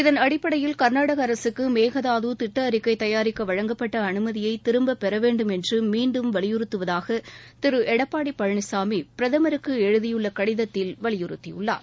இதன் அடிப்படையில் கர்நாடக அரசுக்கு மேகதாது திட்ட அறிக்கை தயாரிக்க வழங்கப்பட்ட அனுமதியை திரும்பப்பெற வேண்டும் என்று மீண்டும் வலியுறுத்துவதாக திரு எடப்பாடி பழனிசாமி பிரதமருக்கு எழுதியுள்ள கடிதத்தில் வலியுறுத்தியுள்ளார்